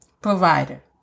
Provider